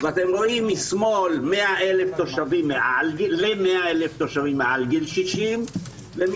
אתם רואים משמאל ל-100,000 תושבים מעל גיל 60 ומימין